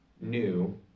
new